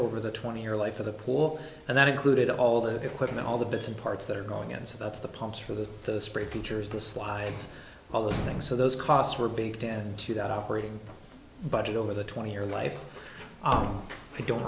over the twenty year life for the poor and that included all the equipment all the bits and parts that are going and so that's the pumps for the the spray features the slides all those things so those costs were big ten to that operating budget over the twenty year life i don't